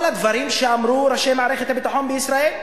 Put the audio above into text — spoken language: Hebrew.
הדברים שאמרו ראשי מערכת הביטחון בישראל.